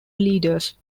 leaders